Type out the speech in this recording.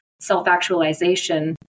self-actualization